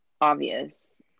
obvious